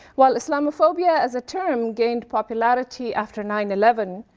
while islamophobia as a term gained popularity after nine eleven,